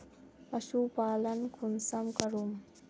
पशुपालन कुंसम करूम?